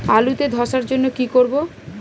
আলুতে ধসার জন্য কি করব?